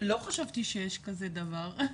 לא חשבתי שיש כזה דבר.